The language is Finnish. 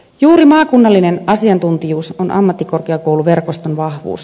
juuri maakunnallinen asiantuntijuus on ammattikorkeakouluverkoston vahvuus